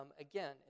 again